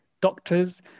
Doctors